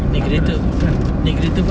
aku nak sejukkan